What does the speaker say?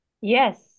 Yes